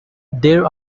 there